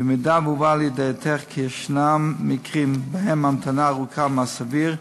במידה שהובא לידיעתך כי יש מקרים שבהם ההמתנה ארוכה מהסביר,